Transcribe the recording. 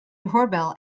doorbell